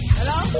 hello